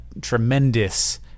tremendous